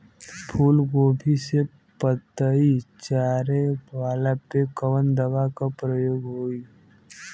फूलगोभी के पतई चारे वाला पे कवन दवा के प्रयोग होई?